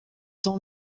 tant